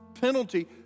penalty